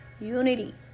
Unity